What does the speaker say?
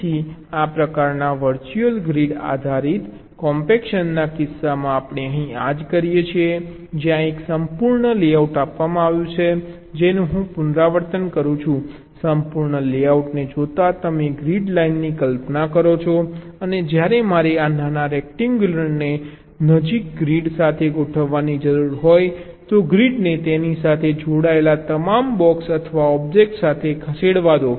તેથી આ પ્રકારના વર્ચ્યુઅલ ગ્રીડ આધારિત કોમ્પેક્શનના કિસ્સામાં આપણે અહીં આ જ કરીએ છીએ જ્યાં એક સંપૂર્ણ લેઆઉટ આપવામાં આવ્યું છે જેનું હું પુનરાવર્તન કરું છું સંપૂર્ણ લેઆઉટને જોતાં તમે ગ્રીડ લાઇનની કલ્પના કરો છો અને જ્યારે મારે આ નાના રેક્ટેન્ગ્યુલરને નજીકની ગ્રીડ સાથે ગોઠવવાની જરૂર હોય તો ગ્રીડને તેની સાથે જોડાયેલા તમામ બ્લોક્સ અથવા ઑબ્જેક્ટ્સ સાથે ખસેડવા દો